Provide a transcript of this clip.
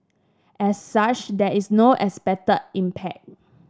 as such there is no expected impact